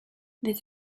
this